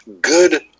Good